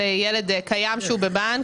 ילד קיים שהוא בבנק,